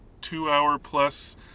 two-hour-plus